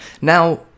Now